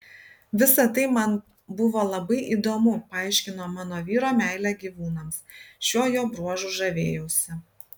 visa tai man buvo labai įdomu paaiškino mano vyro meilę gyvūnams šiuo jo bruožu žavėjausi